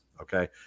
okay